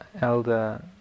elder